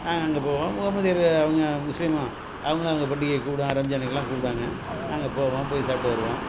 நாங்கள் அங்கே போவோம் முஹமது அவங்க முஸ்லீமும் அவங்களும் அவங்க பண்டிகைக்கு கூப்பிடுவாங்க ரம்ஜானுக்குலாம் கூப்பிடுவாங்க நாங்கள் போவோம் போய் சாப்பிட்டு வருவோம்